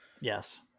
Yes